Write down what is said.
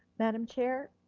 madam chair,